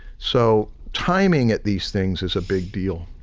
so timing at these things is a big deal.